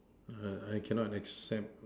uh I cannot accept